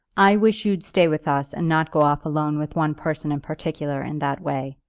i wish you'd stay with us, and not go off alone with one person in particular, in that way.